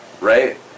Right